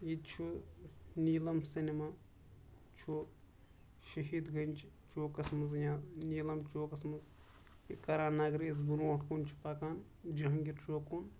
ییٚتہِ چھُ نیٖلم سینما چھُ شٔہیٖد گنج چوکس منٛز یا نیٖلَم چوکَس منٛز کرانگرٕ یُس برونٹھ کُن چھُ پَکان جَہانگیٖر چوک کُن